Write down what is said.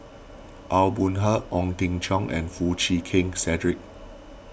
Aw Boon Haw Ong Jin Teong and Foo Chee Keng Cedric